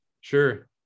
Sure